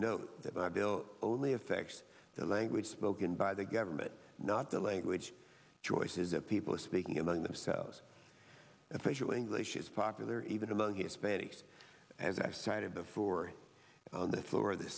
note that my bill only affects the language spoken by the government not the language choices that people are speaking among themselves official english is popular even among hispanics as i cited before on the floor